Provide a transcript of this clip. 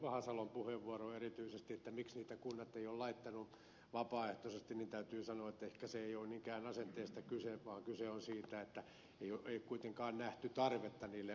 vahasalon puheenvuoroon erityisesti että miksi niitä kunnat eivät ole laittaneet vapaaehtoisesti niin täytyy sanoa että ehkä siinä ei ole niinkään asenteesta kyse vaan kyse on siitä että ei ole kuitenkaan nähty tarvetta niille alkolukoille